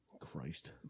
Christ